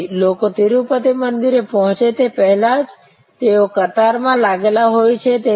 તેથી લોકો તિરુપતિ મંદિરે પહોંચે તે પહેલા જ તેઓ કતારમાં લાગેલા હોઈ છે